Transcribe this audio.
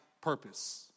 purpose